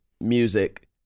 music